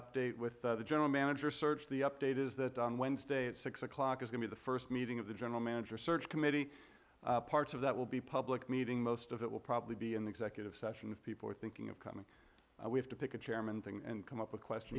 update with the general manager search the update is that on wednesday at six o'clock is going to the first meeting of the general manager search committee parts of that will be public meeting most of it will probably be an executive session if people are thinking of coming and we have to pick a chairman thing and come up with quest